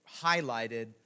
highlighted